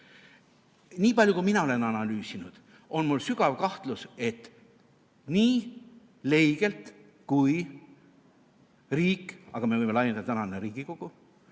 Niipalju, kui mina olen analüüsinud, on mul sügav kahtlus, et nii leigelt kui [praegu] riik, aga me võime laiendada, et ka tänane Riigikogu,